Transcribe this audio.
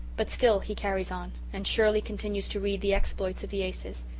but still he carries on and shirley continues to read the exploits of the aces.